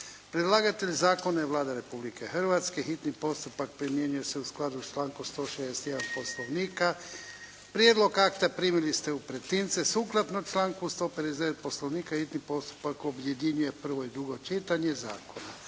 Predlagatelj zakona je Vlada Republike Hrvatske. Hitni postupak primjenjuje se u skladu s člankom 161. Poslovnika. Prijedlog akta primili ste u pretince. Sukladno članku 159. Poslovnika hitni postupak objedinjuje prvo i drugo čitanje zakona.